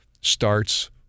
starts